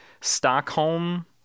Stockholm